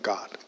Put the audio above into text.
God